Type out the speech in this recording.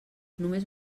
només